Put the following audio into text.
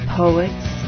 poets